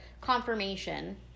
confirmation